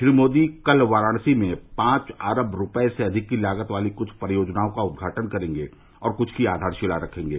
श्री मोदी कल वाराणसी में पांच अरब रूपये से अधिक की लागत वाली कुछ परियोजनाओं का उदघाटन करेंगे और कुछ की आधारशिला रखेंगे